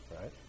right